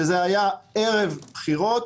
זה היה ערב בחירות.